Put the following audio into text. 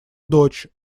дочь